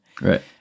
Right